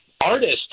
Artists